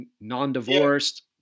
non-divorced